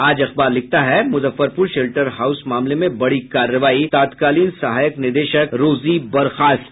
आज अखबार लिखता है मुजफ्फरपुर शेल्टर हाउस मामले में बड़ी कार्रवाई तत्कालीन सहायक निदेशक रोजी बर्खास्त